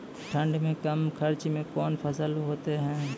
ठंड मे कम खर्च मे कौन फसल होते हैं?